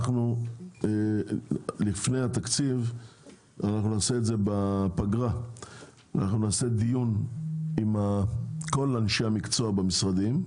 לפני התקציב נקיים דיון בפגרה עם כל אנשי המקצוע במשרדים,